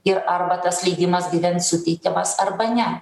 ir arba tas leidimas gyvent suteikiamas arba ne